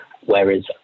whereas